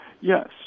Yes